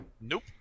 Nope